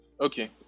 okay